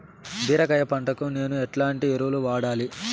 బీరకాయ పంటకు నేను ఎట్లాంటి ఎరువులు వాడాలి?